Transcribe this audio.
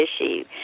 issue